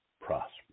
prosper